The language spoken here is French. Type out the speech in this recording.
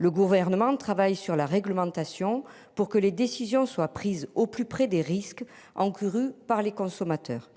Le gouvernement de travaille sur la réglementation pour que les décisions soient prises au plus près des risques encourus par les consommateurs.